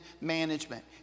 management